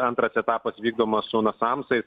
antras etapas vykdomas su nasansais